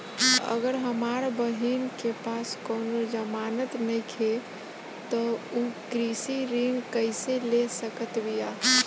अगर हमार बहिन के पास कउनों जमानत नइखें त उ कृषि ऋण कइसे ले सकत बिया?